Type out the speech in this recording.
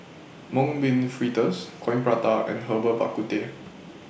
Mung Bean Fritters Coin Prata and Herbal Bak Ku Teh